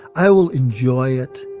i will enjoy it.